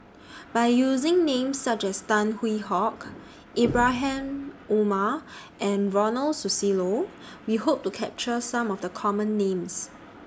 By using Names such as Tan Hwee Hock Ibrahim Omar and Ronald Susilo We Hope to capture Some of The Common Names